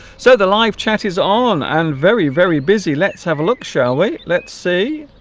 so the live chat is on and very very busy let's have a look shall we let's see